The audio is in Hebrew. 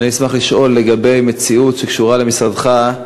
אני אשמח לשאול לגבי מציאות שקשורה למשרדך,